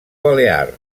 balear